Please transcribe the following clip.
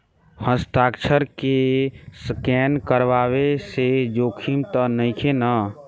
हस्ताक्षर के स्केन करवला से जोखिम त नइखे न?